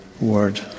word